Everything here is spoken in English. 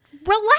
Relax